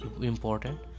important